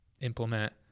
implement